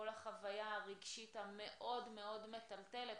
כל החוויה הרגשית המאוד-מאוד מטלטלת,